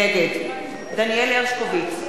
נגד דניאל הרשקוביץ,